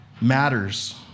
matters